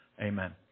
Amen